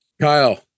Kyle